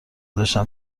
داشتم